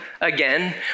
again